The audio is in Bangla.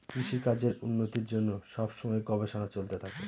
কৃষিকাজের উন্নতির জন্য সব সময় গবেষণা চলতে থাকে